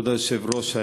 כבוד היושב-ראש,